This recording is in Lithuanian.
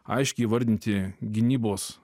aiškiai įvardinti gynybos